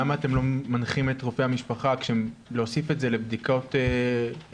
למה אתם לא מנחים את רופאי המשפחה להוסיף את זה לבדיקות מעבדה?